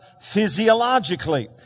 physiologically